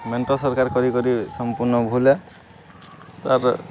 ମେଣ୍ଟ ସରକାର କରି କରି ସମ୍ପୂର୍ଣ୍ଣ ଭୁଲେ ତା'ର